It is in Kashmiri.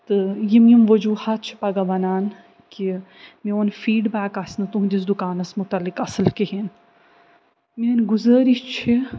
تہٕ یِم یِم وجوٗہات چھِ پگاہ وَنان کہِ میون فیٖڈ بیک آسہِ نہٕ تُہٕنٛدِس دُکانس متعلق اصٕل کِہیٖنۍ میٛٲنۍ گُزٲرِس چھِ